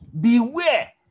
beware